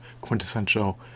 quintessential